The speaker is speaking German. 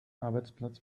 arbeitsplatz